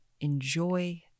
enjoy